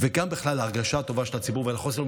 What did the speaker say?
וגם בכלל להרגשה הטובה של הציבור ולחוסר,